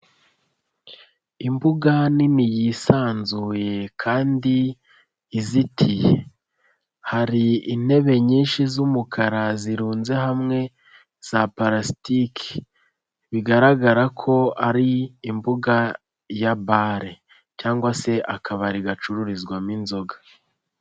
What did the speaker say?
Imbuga nini yisanzuye kandi izitiye. Hari intebe nyinshi z'umukara zirunze hamwe za parasitiki. Bigaragara ko ari imbuga ya bare cyangwa se akabari gacururizwamo inzoga.